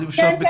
כן.